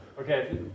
Okay